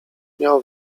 miał